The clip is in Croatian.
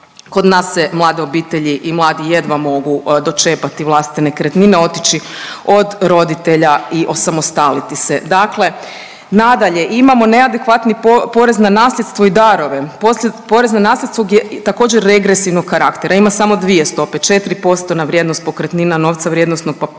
Kod nas se mlade obitelji i mladi jedva mogu dočepati vlastite nekretnine, otići od roditelja i osamostaliti se. Dakle, nadalje imamo neadekvatni porez na nasljedstvo i darove. Porez na nasljedstvo je također regresivnog karaktera, ima samo dvije stope, četiri posto na vrijednost pokretnina, novca, vrijednosnih papira